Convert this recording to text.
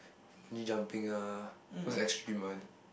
bungee jumping ah those extreme one